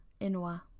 Inwa